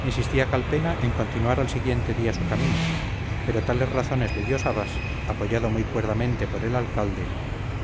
insistía calpena en continuar al siguiente día su camino pero tales razones le dio sabas apoyado muy cuerdamente por el alcalde